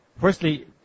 Firstly